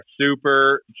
super